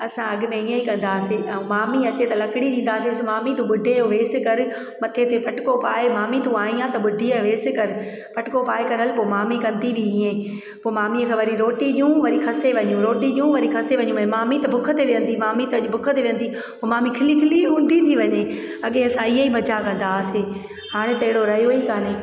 असां अॻिते इअंई कंदा हुआसीं ऐं मामी अचे त लकड़ी ॾींदासिसि मामी तूं बुढे जो वेस कर मथे ते पटको पाए मामी तूं आई आहीं त बुढीअ जो वेस कर पटको पाए करे हल पोइ मामी कंदी हुई ई पोइ मामीअ खां वरी रोटी ॾियूं वरी खसे वञू रोटी ॾियूं वरी खसे वञू भई मामी त भूख ते विहंदी मामी त अॼु भूख ते विहंदी पोइ मामी खिली खिली उंधी थी वञे अॻे असां इअई मज़ा कंदा हुआसीं हाणे त अहिड़ो रहियो ई काने